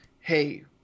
hey